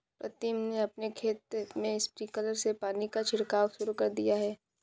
प्रीतम ने अपने खेत में स्प्रिंकलर से पानी का छिड़काव शुरू कर दिया है